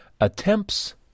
Attempts